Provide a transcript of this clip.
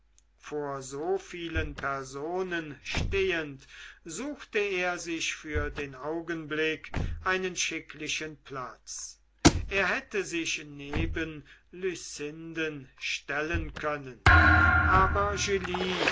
vor so vielen personen stehend suchte er sich für den augenblick einen schicklichen platz er hätte sich neben lucinden stellen können aber